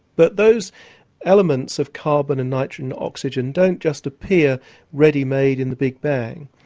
but those elements of carbon and nitrogen and oxygen don't just appear ready-made in the big bang,